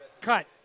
Cut